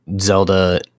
Zelda